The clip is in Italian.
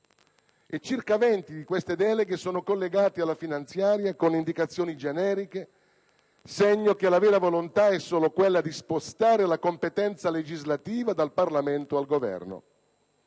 e circa 20 di queste deleghe sono collegate alla finanziaria con indicazioni generiche, segno che la vera volontà è solo quella di spostare la competenza legislativa dal Parlamento al Governo.